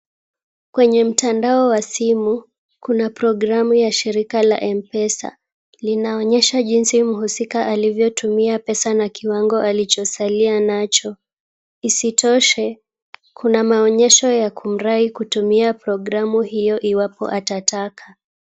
Kwenye mtandao wa simu, kuna programu ya shirika la Mpesa. Linaonyesha jinsi mhusika alivyotumia pesa na kiwango alichosalia nacho. Isotoshe, kuna maonyesho ya kumrai kutumia programu hiyo iwapo atataka.